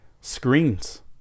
screens